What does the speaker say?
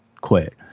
quit